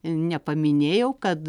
nepaminėjau kad